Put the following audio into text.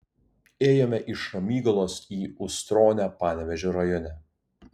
ėjome iš ramygalos į ustronę panevėžio rajone